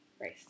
race